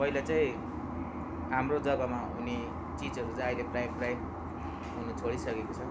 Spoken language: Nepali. पहिला चाहिँ हाम्रो जगामा हुने चिजहरू चाहिँ अहिले प्रायः प्रायः हुनु छोडिसकेको छ